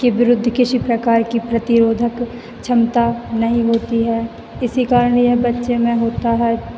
के विरुद्ध किसी प्रकार की प्रतिरोधक क्षमता नहीं होती है किसी कारण ये बच्चे में होता है